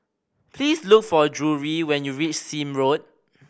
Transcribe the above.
please look for Drury when you reach Sime Road